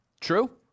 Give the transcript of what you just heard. True